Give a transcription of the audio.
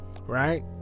Right